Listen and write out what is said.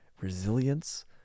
resilience